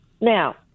Now